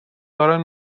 دارن